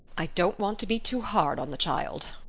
i don't want to be too hard on the child,